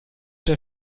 der